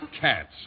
cats